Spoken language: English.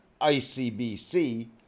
ICBC